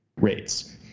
rates